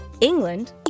England